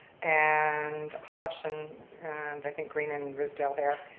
and hodgson and i think green and rysdale there.